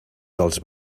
dels